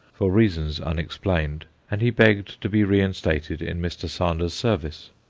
for reasons unexplained, and he begged to be reinstated in mr. sander's service.